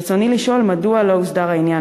ברצוני לשאול: מדוע לא הוסדר העניין